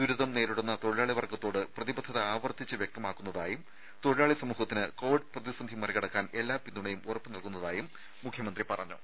ദുരിതം നേരിടുന്ന തൊഴിലാളി വർഗത്തോട് പ്രതിബദ്ധത ആവർത്തിച്ച് വ്യക്തമാക്കുന്നതായും തൊഴിലാളി സമൂഹത്തിന് കോവിഡ് പ്രതിസന്ധി മറികടക്കാൻ എല്ലാവിധ പിന്തുണയും ഉറപ്പു നൽകുന്നതായും മുഖ്യമന്ത്രി പറഞ്ഞു